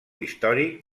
històric